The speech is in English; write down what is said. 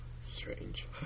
Strange